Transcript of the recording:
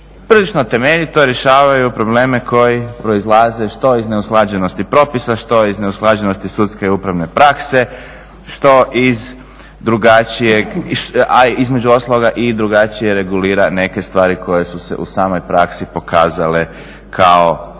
prilično temeljito rješavaju probleme koji proizlaze što iz neusklađenosti propisa, što iz neusklađenosti sudske i upravne prakse, što iz drugačijeg a između ostaloga i drugačije regulira neke stvari koje su se u samoj praksi pokazale kao